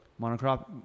Monocrop